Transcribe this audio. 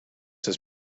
his